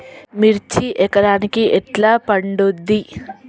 మిర్చి ఎకరానికి ఎట్లా పండుద్ధి?